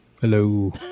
Hello